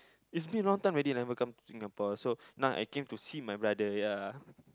it's been a long time already never come to Singapore now I come to see my brother ya